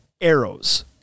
arrows